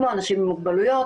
כמו אנשים עם מוגבלויות,